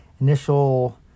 initial